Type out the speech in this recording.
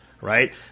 Right